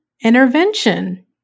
intervention